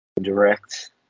direct